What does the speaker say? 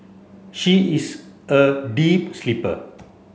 she is a deep sleeper